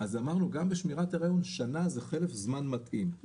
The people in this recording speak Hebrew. אז אמרנו שגם בשמירת הריון שנה זה חלף זמן מתאים.